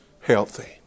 healthy